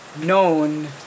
known